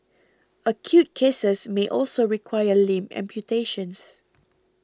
acute cases may also require limb amputations